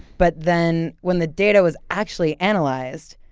but then when the data was actually analyzed,